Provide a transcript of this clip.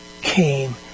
came